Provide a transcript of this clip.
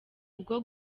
bwo